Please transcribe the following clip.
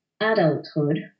adulthood